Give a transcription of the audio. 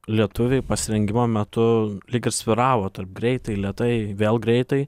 lietuviai pasirengimo metu lyg ir svyravo tarp greitai lėtai vėl greitai